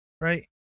right